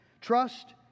Trust